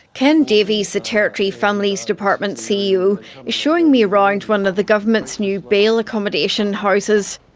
ken davies, the territory families department ceo, is showing me around one of the government's new bail accommodation houses.